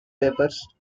papers